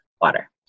water